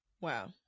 Wow